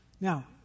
Now